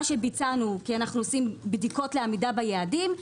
שביצענו כי אנו עושים בדיקות לעמידה ביעדים,